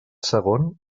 segon